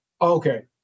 Okay